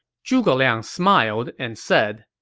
zhuge liang smiled and said,